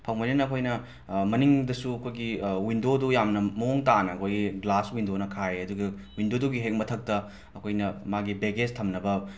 ꯐꯪꯕꯅꯤꯅ ꯑꯩꯈꯣꯏꯅ ꯃꯅꯤꯡꯗꯁꯨ ꯑꯩꯈꯣꯏꯒꯤ ꯋꯤꯟꯗꯣꯗꯣ ꯌꯥꯝꯅ ꯃꯑꯣꯡ ꯇꯥꯅ ꯑꯩꯈꯣꯏ ꯒ꯭ꯂꯥꯁ ꯋꯤꯟꯗꯣꯅ ꯈꯥꯏꯌꯦ ꯑꯗꯨꯒ ꯋꯤꯟꯗꯣꯗꯨꯒꯤ ꯍꯦꯛ ꯃꯊꯛꯇ ꯑꯩꯈꯣꯏꯅ ꯃꯥꯒꯤ ꯕꯦꯒꯦꯁ ꯊꯝꯅꯕ